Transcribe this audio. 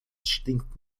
stinkt